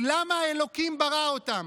היא למה אלוקים ברא אותם.